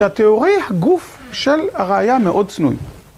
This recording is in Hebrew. תיאורי גוף של הרעייה מאוד צנועים.